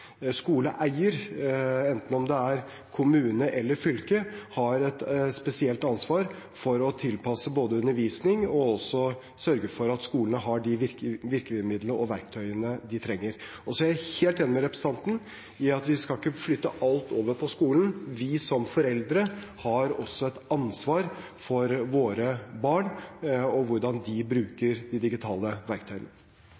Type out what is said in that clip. skoleeier har. Skoleeier, enten det er kommune eller fylke, har et spesielt ansvar for både å tilpasse undervisning og også sørge for at skolene har de virkemidlene og verktøyene de trenger. Så er jeg helt enig med representanten i at vi ikke skal flytte alt over på skolen. Vi som foreldre har også et ansvar for våre barn og hvordan de